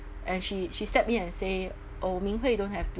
and she she stepped in and say oh ming hui don't have to